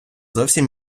зовсім